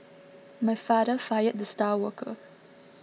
my father fired the star worker